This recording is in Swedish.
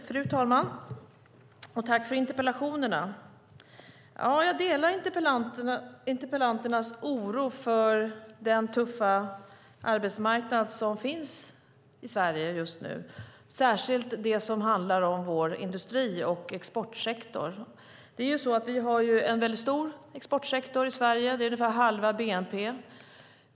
Fru talman! Tack för interpellationerna! Jag delar interpellanternas oro för den tuffa arbetsmarknaden i Sverige just nu, särskilt den i vår industri och exportsektor. Vi har en väldigt stor exportsektor i Sverige, ungefär halva bnp.